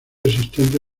existente